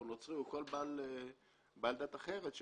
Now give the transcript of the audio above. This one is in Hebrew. או נוצרי או כל בעל דת אחרת,